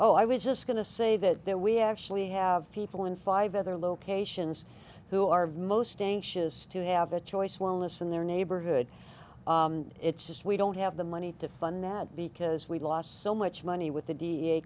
oh i was just going to say that there we actually have people in five other locations who are most anxious to have a choice wellness in their neighborhood it's just we don't have the money to fund that because we lost so much money with the d